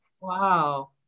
wow